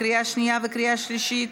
לקריאה שנייה וקריאה שלישית.